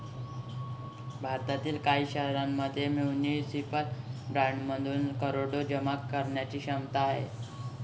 भारतातील काही शहरांमध्ये म्युनिसिपल बॉण्ड्समधून करोडो जमा करण्याची क्षमता आहे